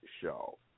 show